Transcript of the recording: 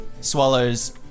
swallows